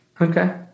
okay